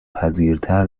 پذیرتر